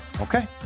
Okay